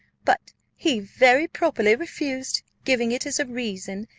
but he very properly refused, giving it as a reason,